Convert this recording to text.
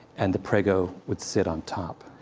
and the prego would sit on top.